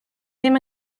ddim